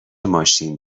ماشین